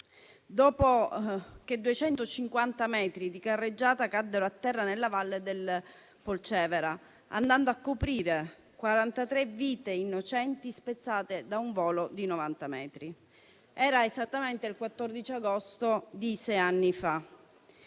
dopo che 250 metri di carreggiata caddero a terra nella valle del Polcevera, andando a coprire 43 vite innocenti spezzate da un volo di 90 metri. Era esattamente il 14 agosto di sei anni fa.